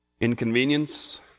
inconvenience